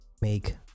make